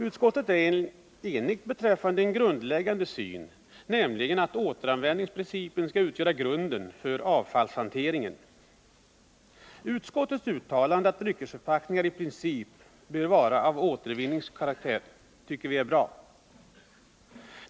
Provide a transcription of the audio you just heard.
Utskottet är enigt beträffande en grundläggande syn, nämligen att återanvändnings principen skall utgöra grunden för avfallshanteringen. Utskottets uttalande att dryckesförpackningar i princip bör vara av återvinningskaraktär tycker vi är bra.